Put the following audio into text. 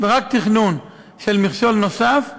רק תכנון, של מכשול נוסף,